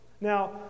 Now